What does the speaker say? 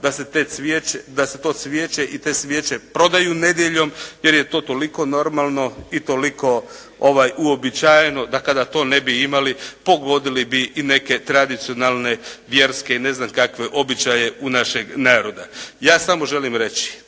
da se to cvijeće i te svijeće prodaju nedjeljom jer je to toliko normalno i toliko uobičajeno da kada to ne bi imali pogodili bi i neke tradicionalne vjerske i ne znam kakve običaje u našeg naroda. Ja samo želim reći